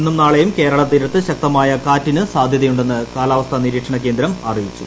ഇന്നും നാളെയും കേരളതീരത്ത് ശക്തമായ കാറ്റിന് സാധൃതയുണ്ടെന്ന് കേന്ദ്ര കാലാവസ്ഥാ നിരീക്ഷണകേന്ദ്രം അറിയിച്ചു